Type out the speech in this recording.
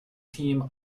team